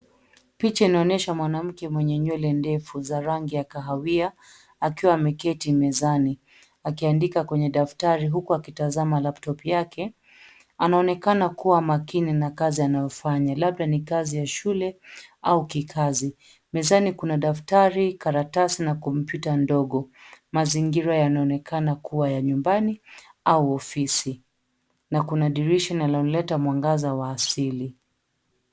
Picha inaonyesha mwanamke mwenye nywele ndefu za rangi ya kahawia akiwa ameketi mezani akiandika kwenye daftari huku akitazama laptop yake, anaonekana kuwa makini na kazi anayofanya. Labda ni kazi ya shule au kikazi. Mezani kuna daftari, karatasi na kompyuta ndogo, mazingira yanaonekana kuwa ya nyumbani au ofisi, na kuna dirisha linaloleta mwangaza wa asili.